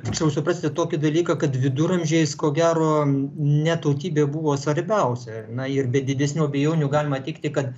tiksliau suprasti tokį dalyką kad viduramžiais ko gero ne tautybė buvo svarbiausia na ir be didesnių abejonių galima teigti kad